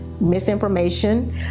misinformation